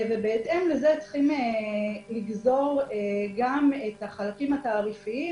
בהתאם לזה צריכים לגזור גם את החלקים התעריפיים